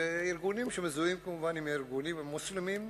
וארגונים שמזוהים כמובן עם ארגונים מוסלמיים,